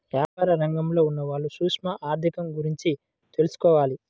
యాపార రంగంలో ఉన్నవాళ్ళు సూక్ష్మ ఆర్ధిక గురించి తెలుసుకోవాలి